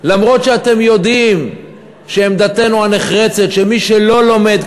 למרות שאתם יודעים שעמדתנו הנחרצת היא שמי שלא לומד,